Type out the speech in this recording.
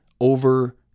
over